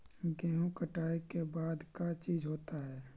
गेहूं कटाई के बाद का चीज होता है?